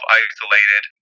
isolated